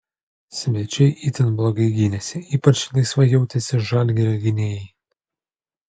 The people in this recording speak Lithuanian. svečiai itin blogai gynėsi ypač laisvai jautėsi žalgirio gynėjai